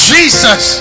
Jesus